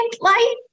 light